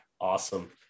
Awesome